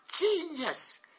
genius